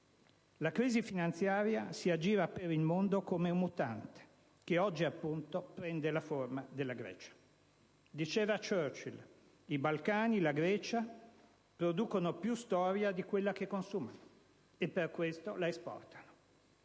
La crisi finanziaria si aggira per il mondo come un mutante, che oggi appunto prende la forma della Grecia. Diceva Churchill: «I Balcani e la Grecia producono più storia di quella che consumano e per questo la esportano».